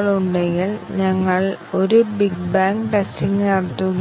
അതിനർത്ഥം ചില ടെസ്റ്റ് കേസുകൾ പ്രോഗ്രാമിൽ